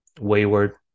wayward